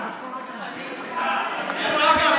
היא באה,